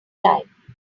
time